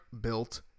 built